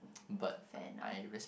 fair enough